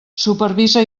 supervisa